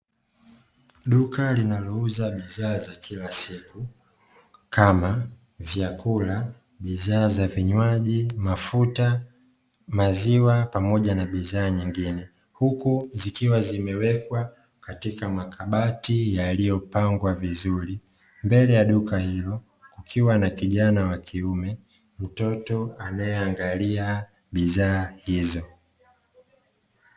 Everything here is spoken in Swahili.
Duka linalouza bidhaa za kila siku, kama: vyakula, bidhaa za vinywaji, mafuta, maziwa pamoja na bidhaa zingine, huku zikiwa zimewekwa katika makabati yaliyopangwa vizuri. Mbele ya duka hilo kukiwa na kijana wa kiume, mtoto anayeangalia bidhaa hizo.